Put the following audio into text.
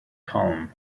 column